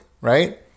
right